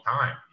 time